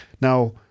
Now